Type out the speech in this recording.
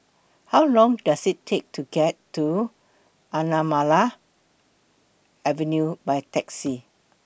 How Long Does IT Take to get to Anamalai Avenue By Taxi